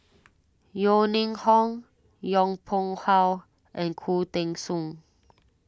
Yeo Ning Hong Yong Pung How and Khoo Teng Soon